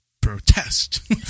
protest